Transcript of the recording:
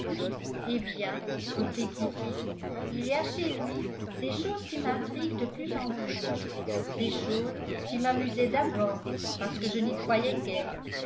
eh bien reprit kitty il y a chez lui des choses qui m'intriguent de plus en plus des choses qui m'amusaient d'abord parce que je n'y croyais guère